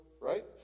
right